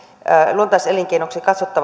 luontaiselinkeinoiksi katsotaan